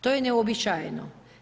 To je neuobičajeno.